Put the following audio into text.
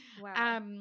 Wow